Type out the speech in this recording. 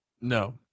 No